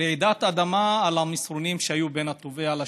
רעידת אדמה על המסרונים שהיו בין התובע לשופטת,